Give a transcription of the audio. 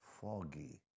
foggy